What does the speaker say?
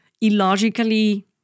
illogically